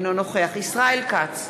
אינו נוכח ישראל כץ,